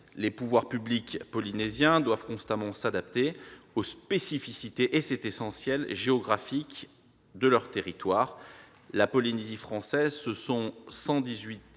Les pouvoirs publics polynésiens doivent constamment s'adapter aux spécificités géographiques de leur territoire : la Polynésie française, ce sont 118